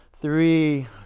three